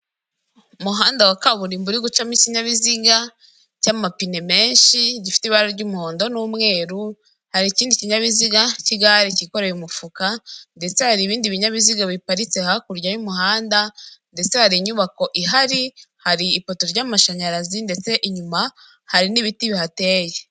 Umuhanda wa kaburimbo uri gucamo ikinyabiziga cy'amapine menshi gifite ibara ry'umuhondo n'umweru hari ikindi kinyabiziga cy'igare kikoreye umufuka ndetse hari ibindi binyabiziga biparitse hakurya y'umuhanda ndetse hari inyubako ihari hari ipoto ry'amashanyarazi ndetse inyuma hari n'ibiti bihateye .